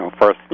First